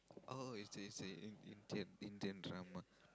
how old is this In~ In~ Indian Indian drama